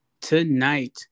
Tonight